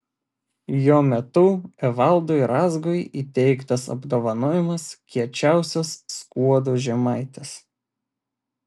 jo metu evaldui razgui įteiktas apdovanojimas kiečiausias skuodo žemaitis